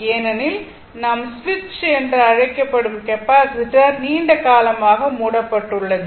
ஏனெனில் நாம் ஸ்விட்ச் என்று அழைக்கப்படும் கெப்பாசிட்டர் நீண்ட காலமாக மூடப்பட்டு உள்ளது